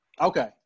Okay